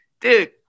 Dude